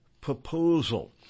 proposal